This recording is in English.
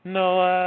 no